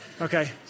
Okay